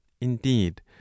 indeed